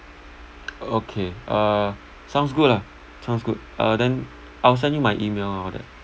okay uh sounds good ah sounds good uh then I will send you my email all that